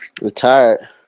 Retired